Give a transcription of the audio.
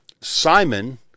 simon